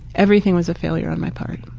everything was a failure on my part.